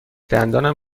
دندانم